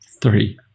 Three